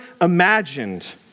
imagined